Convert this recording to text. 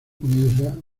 comienza